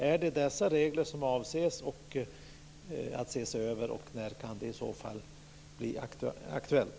Är det dessa regler som avses att ses över, och när kan det i så fall bli aktuellt?